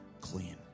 clean